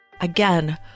Again